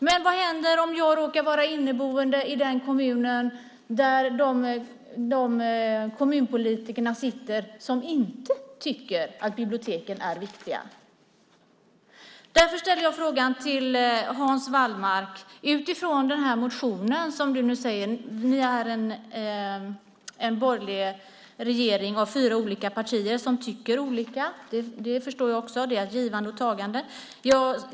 Men vad händer om jag råkar vara boende i den kommun där de kommunpolitiker sitter som inte tycker att biblioteken är viktiga? Därför ställer jag frågan till Hans Wallmark utifrån en motion, och han säger att en borgerlig regering består av fyra olika partier som tycker olika. Det förstår jag också - det är ett givande och tagande.